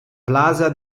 plaza